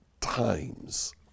times